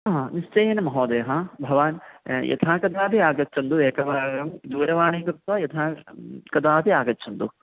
हा निश्चयेन महोदयः भवान् यथा कदापि आगच्छन्तु एकवारं दूरवाणीं कृत्वा यदा कदापि आगच्छन्तु